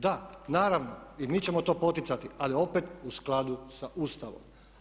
Da, naravno i mi ćemo to poticati ali opet u skladu sa Ustavom.